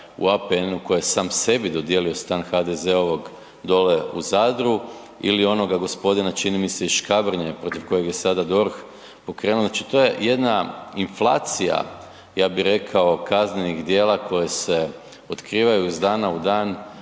u APN-u koji je sam sebi dodijelio stan HDZ-ovog dole u Zadru ili onoga gospodina čini mi se iz Škabrnje protiv kojeg je sada DORH pokrenuo, znači to je jedna inflacija kaznenih djela koje se otkrivaju iz dana u dan